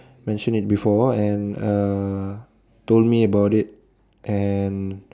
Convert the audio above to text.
mention it before and uh told me about it and